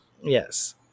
Yes